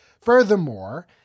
Furthermore